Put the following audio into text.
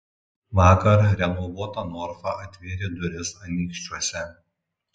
vakar renovuota norfa atvėrė duris anykščiuose